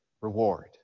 reward